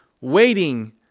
waiting